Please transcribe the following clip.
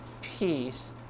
peace